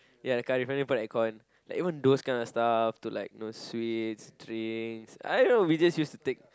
ya the kind of then you put at the aircon like even those kind of stuff to like those sweets drinks I don't know we just use to take